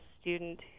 student